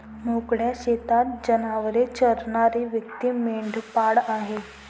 मोकळ्या शेतात जनावरे चरणारी व्यक्ती मेंढपाळ आहे